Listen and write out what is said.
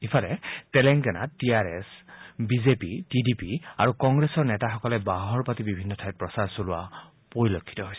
ইফালে তেলেংগানাত T R S BJP T D P আৰু কংগ্ৰেছৰ নেতাসকলে বাহৰপাতি বিভিন্ন ঠাইত প্ৰচাৰ চলাই আছে